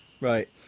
Right